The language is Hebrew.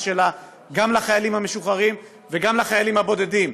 שלה גם לחיילים המשוחררים וגם לחיילים הבודדים,